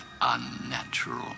unnatural